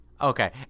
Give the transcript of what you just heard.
Okay